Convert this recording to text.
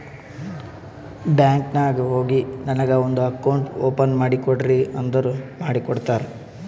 bank ನಾಗ್ ಹೋಗಿ ನನಗ ಒಂದ್ ಅಕೌಂಟ್ ಓಪನ್ ಮಾಡಿ ಕೊಡ್ರಿ ಅಂದುರ್ ಮಾಡ್ಕೊಡ್ತಾರ್